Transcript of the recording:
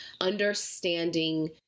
understanding